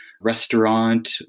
restaurant